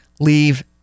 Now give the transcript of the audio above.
leave